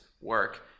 work